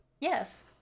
yes